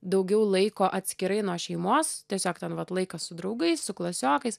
daugiau laiko atskirai nuo šeimos tiesiog ten vat laikas su draugais su klasiokais